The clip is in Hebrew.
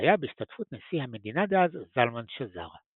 הודיה בהשתתפות נשיא המדינה דאז זלמן שזר.